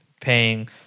paying